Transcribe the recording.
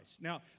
Now